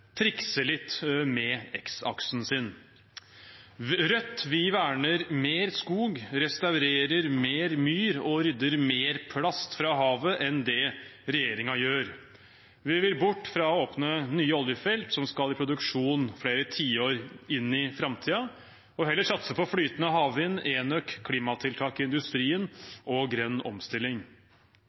litt med x-aksen sin. Rødt verner mer skog, restaurerer mer myr og rydder mer plast fra havet enn det regjeringen gjør. Vi vil bort fra å åpne nye oljefelt som skal i produksjon flere tiår inn i framtiden, og vil heller satse på flytende havvind, enøk, klimatiltak i industrien og grønn omstilling.